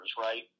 right